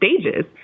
stages